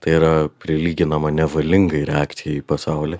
tai yra prilyginama nevalingai reakcijai į pasaulį